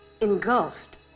engulfed